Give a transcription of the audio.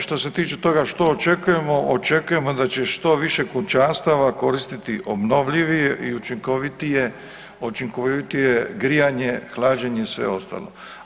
Što se tiče toga što očekujemo, očekujemo da će što više kućanstava koristiti obnovljivi i učinkovitije, učinkovitije grijanje, hlađenje i sve ostalo.